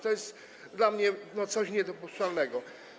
To jest dla mnie coś niedopuszczalnego.